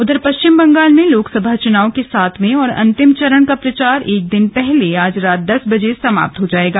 उधर पश्चिम बंगाल में लोकसभा चुनाव के सातवें और अंतिम चरण का प्रचार एक दिन पहले आज रात दस बजे समाप्त हो जाएगा